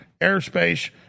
airspace